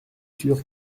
sûr